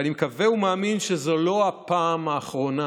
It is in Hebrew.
ואני מקווה ומאמין שזו לא הפעם האחרונה